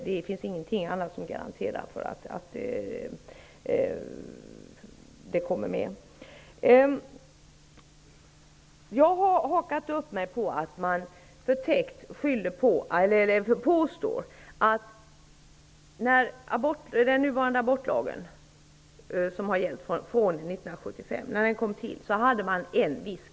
Det finns ingenting annat som garanterar sådan undervisning. Den nuvarande abortlagen, som tillkom 1974, gav uttryck för en viss syn på kvinnor och foster.